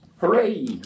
Hooray